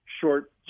short